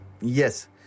Yes